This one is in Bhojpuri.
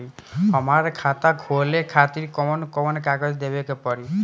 हमार खाता खोले खातिर कौन कौन कागज देवे के पड़ी?